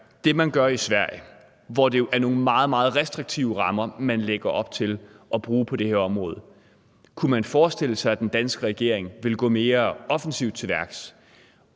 det, man gør i Sverige, hvor det jo er nogle meget, meget restriktive rammer, man lægger op til at bruge på det område: Kunne man forestille sig, at den danske regering vil gå mere offensivt til værks,